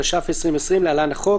התש"ף 2020 (להלן-החוק),